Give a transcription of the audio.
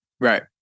Right